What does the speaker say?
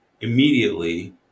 immediately